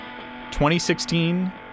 2016